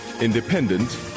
independent